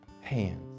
hands